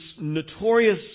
notorious